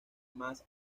más